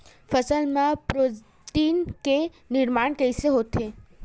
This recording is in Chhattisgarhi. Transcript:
फसल मा प्रोटीन के निर्माण कइसे होथे?